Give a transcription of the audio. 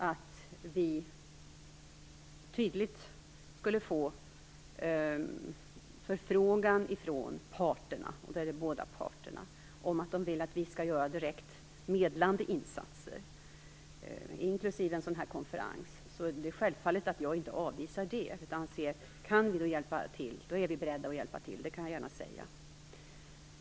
Om vi tydligt skulle få en förfrågan från båda parterna om att göra direkt medlande insatser, inklusive en konferens, är det självklart att jag inte avvisar det. Kan vi hjälpa till är vi beredda att göra det, det kan jag gärna säga.